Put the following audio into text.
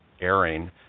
airing